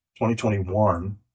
2021